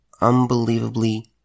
unbelievably